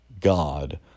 god